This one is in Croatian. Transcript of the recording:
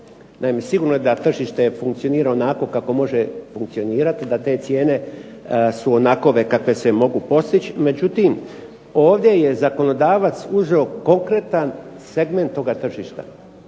sigurno je da tržište funkcionira onako kako može funkcionirati, da te cijene su onakve kakve se mogu postići. Međutim, ovdje je zakonodavac uzeo konkretan segment toga tržišta